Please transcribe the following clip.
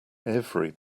every